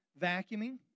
vacuuming